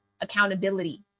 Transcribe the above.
accountability